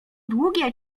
długie